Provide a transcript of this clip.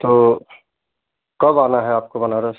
तो कब आना है आपको बनारस